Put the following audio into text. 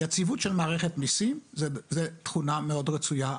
יציבות של מערכת מיסים זו תכונה מאוד רצויה,